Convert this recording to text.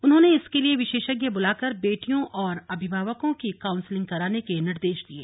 उन्होंने इसके लिए विशेषज्ञ बुलाकर बेटियों और अभिभावकों की काउन्सलिंग कराने के निर्देश दिये